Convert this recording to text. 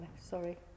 sorry